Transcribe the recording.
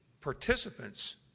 participants